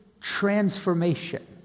transformation